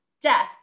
death